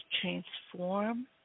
transform